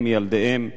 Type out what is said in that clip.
הם וילדיהם,